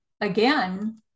again